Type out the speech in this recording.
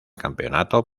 campeonato